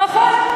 נכון.